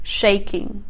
shaking